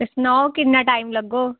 ते सनाओ किन्ना टाईम लग्गग